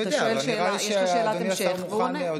אתה שואל שאלה, יש לך שאלת המשך, והוא עונה.